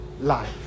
life